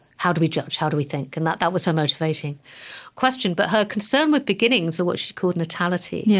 how do we judge? how do we think? and that that was her motivating question. but her concern with beginnings or what she called natality yeah